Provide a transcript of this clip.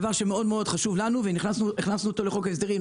דבר שהוא מאוד חשוב לנו והכנסנו אותו לחוק ההסדרים.